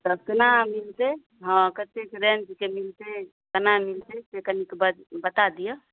तब केना मिलतै हँ कतेक रेंजके मिलतै केना मिलतै से कनिक बता दिअ